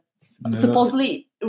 supposedly